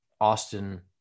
austin